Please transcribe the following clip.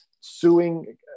suing